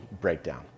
breakdown